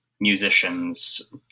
musicians